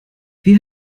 wie